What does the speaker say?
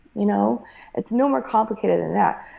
you know it's no more complicated than that.